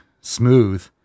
smooth